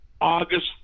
August